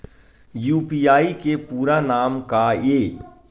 UPI के पूरा नाम का ये?